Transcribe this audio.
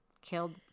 killed